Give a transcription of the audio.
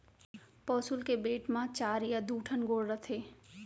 पौंसुल के बेंट म चार या दू ठन गोड़ रथे